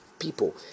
people